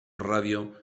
radio